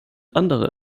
andere